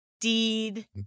deed